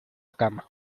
cama